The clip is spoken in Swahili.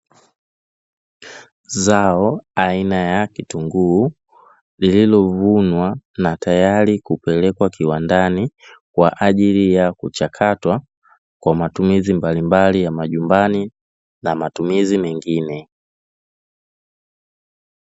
Zao aina ya kitunguu lililovunwa na tayari kupelekwa kiwandani kwa ajili ya kuchakatwa, kwa matumizi mbalimbali ya majumbani na matumizi mengine.